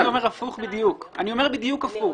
אני אומר בדיוק הפוך.